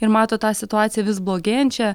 ir mato tą situaciją vis blogėjančią